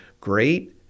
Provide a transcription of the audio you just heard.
great